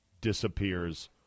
disappears